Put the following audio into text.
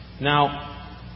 Now